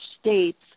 states